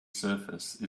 surface